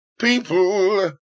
people